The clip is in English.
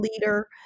leader